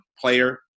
player